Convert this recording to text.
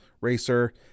racer